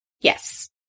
Yes